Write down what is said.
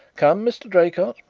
come, mr. draycott,